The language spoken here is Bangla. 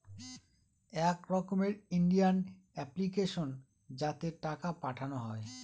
এক রকমের ইন্ডিয়ান অ্যাপ্লিকেশন যাতে টাকা পাঠানো হয়